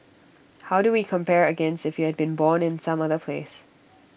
how do we compare against if you had been born in some other place